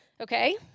Okay